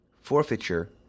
Forfeiture